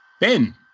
Ben